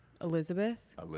Elizabeth